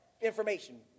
information